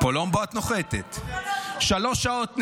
קולומבו, את נוחתת, שלוש שעות נסיעה.